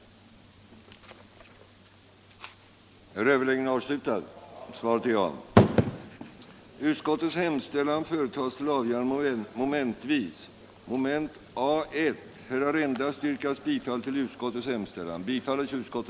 ning gav följande resultat: